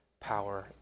power